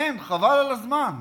אין, חבל על הזמן.